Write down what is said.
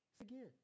Again